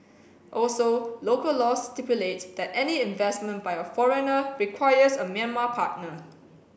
also local laws stipulate that any investment by a foreigner requires a Myanmar partner